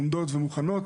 הן עומדות ומוכנות.